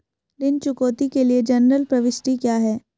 ऋण चुकौती के लिए जनरल प्रविष्टि क्या है?